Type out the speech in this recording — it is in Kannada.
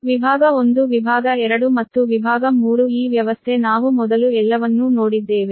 ಆದ್ದರಿಂದ ವಿಭಾಗ 1 ವಿಭಾಗ 2 ಮತ್ತು ವಿಭಾಗ 3 ಈ ವ್ಯವಸ್ಥೆ ನಾವು ಮೊದಲು ಎಲ್ಲವನ್ನೂ ನೋಡಿದ್ದೇವೆ